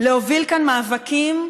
להוביל כאן מאבקים.